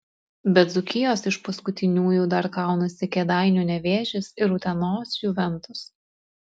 be dzūkijos iš paskutiniųjų dar kaunasi kėdainių nevėžis ir utenos juventus